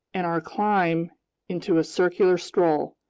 and our climb into a circular stroll.